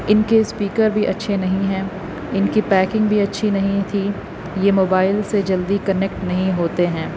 ان کے اسپیکر بھی اچھے نہیں ہیں ان کے پیکنگ بھی اچھی نہیں تھی یہ موبائل سے جلدی کنیکٹ نہیں ہوتے ہیں